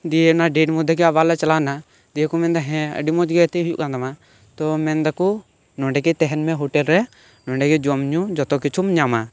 ᱫᱤᱭᱮ ᱚᱱᱟ ᱰᱮᱴ ᱢᱚᱫᱽᱫᱷᱮ ᱜᱮ ᱟᱵᱟᱨ ᱞᱮ ᱪᱟᱞᱟᱣ ᱮᱱᱟ ᱫᱤᱭᱮ ᱠᱚ ᱢᱮᱱ ᱫᱟ ᱦᱮᱸ ᱟᱰᱤ ᱢᱚᱸᱡᱽ ᱜᱮ ᱜᱟᱛᱮ ᱦᱩᱭᱩᱜ ᱠᱟᱱ ᱛᱟᱢᱟ ᱛᱚ ᱢᱮᱱ ᱫᱟᱠᱚ ᱱᱚᱰᱮᱜᱮ ᱛᱟᱦᱮᱸ ᱢᱮ ᱦᱳᱴᱮᱞ ᱨᱮ ᱱᱚᱰᱮᱜᱮ ᱡᱚᱢ ᱧᱩ ᱡᱚᱛᱚ ᱠᱤᱪᱷᱩᱢ ᱧᱟᱢᱟ